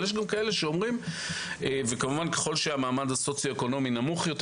אבל ככל שהמעמד הסוציו-אקונומי נמוך יותר